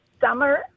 summer